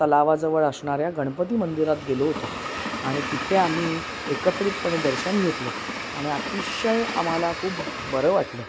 तलावाजवळ असणाऱ्या गणपती मंदिरात गेलो होतो आणि तिथे आम्ही एकत्रितपणे दर्शन घेतलं आणि अतिशय आम्हाला खूप बरं वाटलं